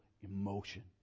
emotion